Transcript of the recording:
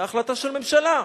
היתה החלטה של ממשלה.